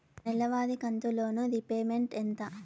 నెలవారి కంతు loan repayment ఎంత?